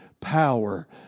power